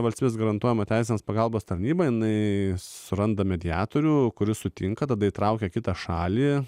valstybės garantuojama teisinės pagalbos tarnyba jinai suranda mediatorių kuris sutinka tada įtraukia kitą šalį